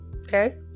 Okay